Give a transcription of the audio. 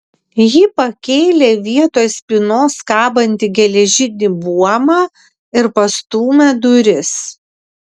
ji pakėlė vietoj spynos kabantį geležinį buomą ir pastūmė duris